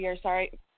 sorry